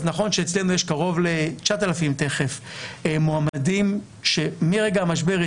אז נכון שאצלנו יש קרוב ל-9,000 מועמדים שמרגע המשבר התקשרו,